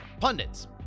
pundits